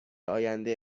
آینده